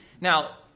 Now